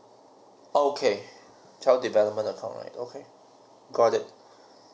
okay child development account right okay got it